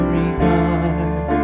regard